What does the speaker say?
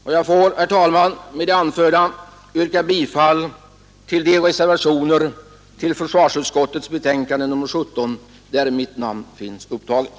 Med det anförda, herr talman, får jag yrka bifall till de reservationer till försvarsutskottets betänkande nr 17 där mitt namn finns upptaget.